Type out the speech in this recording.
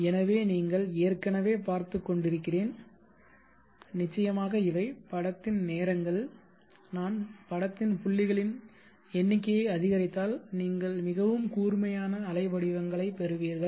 எனவே நீங்கள் ஏற்கனவே பார்த்து கொண்டிருக்கிறேன் நிச்சயமாக இவை படத்தின் நேரங்கள் நான் படத்தின் புள்ளிகளின் எண்ணிக்கையை அதிகரித்தால் நீங்கள் மிகவும் கூர்மையான அலைவடிவங்களைப் பெறுவீர்கள்